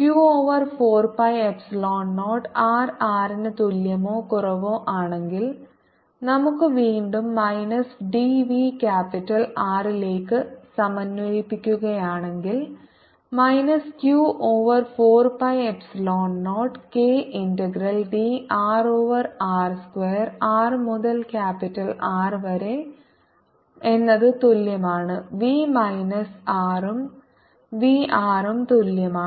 q over 4 pi epsilon 0 rr R ന് തുല്യമോ കുറവോ ആണെങ്കിൽ നമുക്ക് വീണ്ടും മൈനസ് ഡിവി ക്യാപിറ്റൽ ആർ ലേക്ക് സമന്വയിപ്പിക്കുകയാണെങ്കിൽ minus q over 4 pi epsilon 0 k integral D r over r square r മുതൽ ക്യാപിറ്റൽ R വരെ എന്നത് തുല്യമാണ് v മൈനസ് r ഉം v r ഉം തുല്യമാണ്